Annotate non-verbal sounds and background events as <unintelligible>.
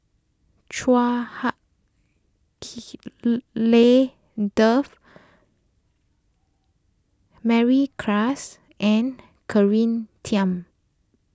Chua Hak <noise> <unintelligible> Lien Dave Mary Klass and <unintelligible> Tham